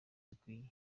bikwiye